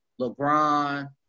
LeBron